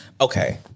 okay